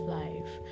life